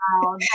Wow